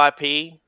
ip